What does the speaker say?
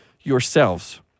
yourselves